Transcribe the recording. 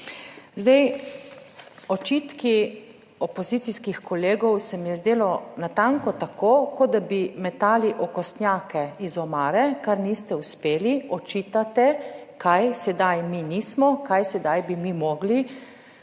Zdaj, očitki opozicijskih kolegov, se mi je zdelo natanko tako. Kot da bi metali okostnjake iz omare, kar niste uspeli očitate kaj sedaj mi nismo, kaj sedaj bi mi mogli.